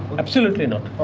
absolutely not.